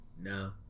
No